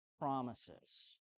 promises